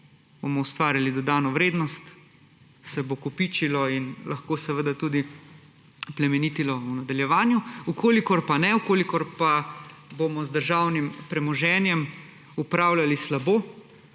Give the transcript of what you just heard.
bomo ustvarili dodano vrednost, se bo kopičilo in lahko seveda tudi plemenitilo v nadaljevanju. Če pa ne, če bomo z državnim premoženjem upravljali slabo,